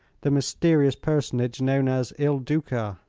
the mysterious personage known as il duca.